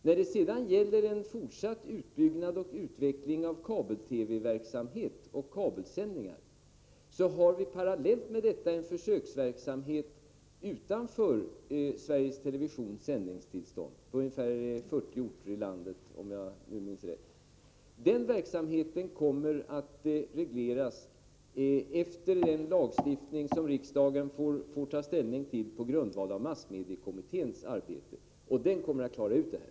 När det sedan gäller en fortsatt utbyggnad och utveckling av kabel-TV verksamhet och kabelsändningar har vi parallellt med detta en försöksverksamhet utanför Sveriges Televisions sändningstillstånd, på ungefär 40 orter i landet om jag minns rätt. Den verksamheten kommer att regleras efter den lagstiftning som riksdagen får ta ställning till på grundval av arbetet i massmediekommittén, som kommer att klara ut det här.